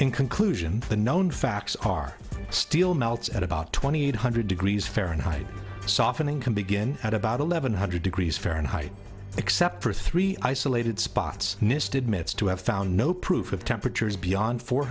in conclusion the known facts are still melts at about twenty eight hundred degrees fahrenheit softening can begin at about eleven hundred degrees fahrenheit except for three isolated spots nist admits to have found no proof of temperatures beyond four